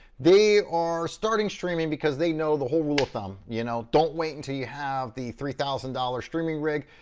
they are starting streaming because they know the whole rule of thumb, you know don't wait until you have the three thousand dollars streaming rig,